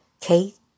Kate